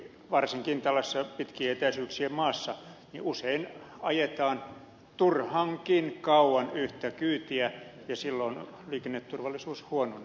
varsinkin tällaisessa pitkien etäisyyksien maassa usein ajetaan turhankin kauan yhtä kyytiä ja silloin liikenneturvallisuus huononee